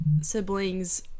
sibling's